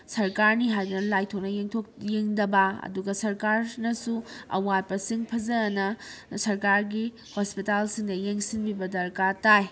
ꯁꯔꯀꯥꯔꯅꯤ ꯍꯥꯏꯗꯨꯅ ꯂꯥꯏꯊꯣꯛꯅ ꯌꯦꯡꯗꯕ ꯑꯗꯨꯒ ꯁꯔꯀꯥꯔꯅꯁꯨ ꯑꯋꯥꯠꯄꯁꯤꯡ ꯐꯖꯟꯅ ꯁꯔꯀꯥꯔꯒꯤ ꯍꯣꯁꯄꯤꯇꯥꯜꯁꯤꯡꯗ ꯌꯦꯡꯁꯤꯟꯕꯤꯕ ꯗꯔꯀꯥꯔ ꯇꯥꯏ